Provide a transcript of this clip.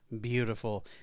Beautiful